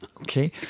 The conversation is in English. Okay